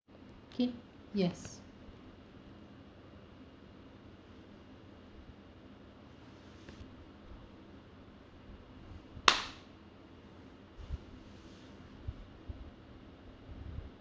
okay yes